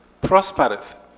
prospereth